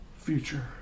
future